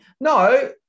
No